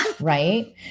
right